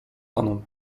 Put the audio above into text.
panom